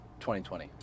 2020